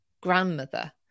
grandmother